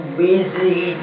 busy